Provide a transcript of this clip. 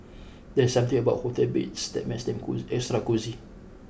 there's something about hotel beds that makes them cost extra cosy